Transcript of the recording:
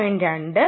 2 5